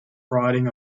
riding